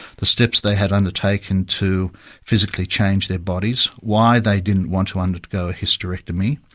the steps they had undertaken to physically change their bodies, why they didn't want to undergo a hysterectomy.